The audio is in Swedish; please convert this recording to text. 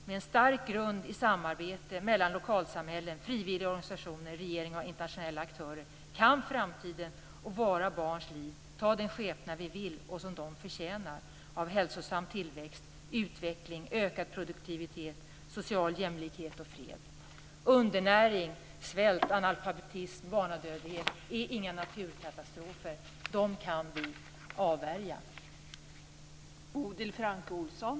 Med en stark grund i samarbete mellan lokalsamhällen, frivilliga organisationer, regeringar och internationella aktörer, kan framtiden - och våra barns liv - ta den skepnad vi vill och som de förtjänar, av hälsosam tillväxt och utveckling, ökad produktivitet, social jämlikhet och fred." Undernäring, svält, analfabetism och barnadödlighet är inga naturkatastrofer, det är något vi kan avvärja.